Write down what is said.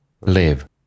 live